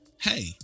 Hey